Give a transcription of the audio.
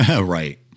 Right